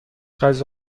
غذا